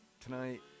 tonight